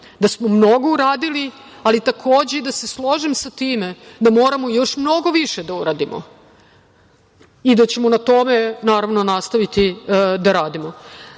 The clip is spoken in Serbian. da smo mnogo uradili, ali takođe i da se složim sa time da moramo još mnogo više da uradimo i da ćemo na tome nastaviti da radimo. Ovo